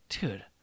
Dude